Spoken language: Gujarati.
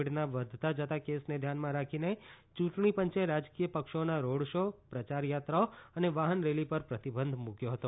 કોવીડના વધતા જતા કેસને ધ્યાનમાં રાખીને યૂંટણી પંચે રાજકીય પક્ષોના રોડ શો પ્રચાર યાત્રાઓ અને વાહન રેલી પર પ્રતિબંધ મૂક્યો હતો